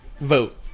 Vote